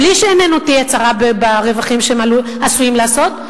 בלי שעיננו תהיה צרה ברווחים שהם עשויים לעשות,